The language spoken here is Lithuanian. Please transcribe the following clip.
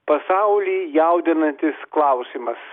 pasaulį jaudinantis klausimas